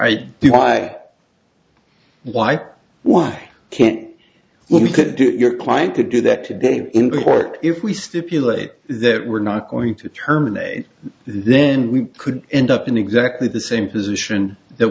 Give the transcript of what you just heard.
i'd do my wife why can't we could do your client could do that today in court if we stipulate that we're not going to terminate then we could end up in exactly the same position that